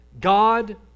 God